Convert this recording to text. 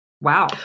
Wow